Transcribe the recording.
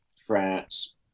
France